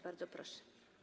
Bardzo proszę.